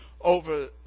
over